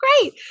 great